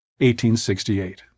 1868